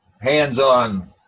hands-on